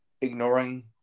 ignoring